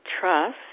trust